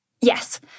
Yes